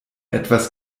etwas